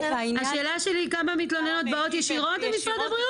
השאלה שלי היא כמה מתלוננות באות ישירות למשרד הבריאות,